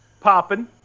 popping